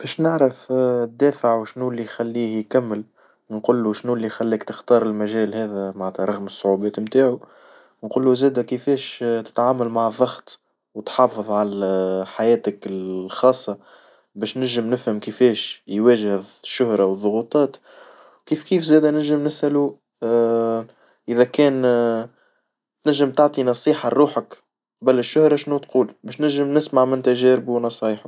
باش نعرف الدافع وشنو اللي يخليه يكمل، نقولو شنو اللي خلاك تختار المجال هذا معنتها رغم الصعوبات متاعو، نقولو زادة كيفيش تتعامل مع ضغط وتحافظ على حياتك الخاصة، باش نجم نفهم كيفيش يواجه الشهرة والظغوطات، كيف كيف زادة نجي نسأله إذا كان نجم تعطي نصيحة لروحك بل الشهرة شنو تقول باش نجم نسمع من تجاربه ونصايحه.